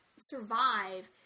survive